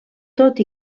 tot